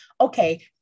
okay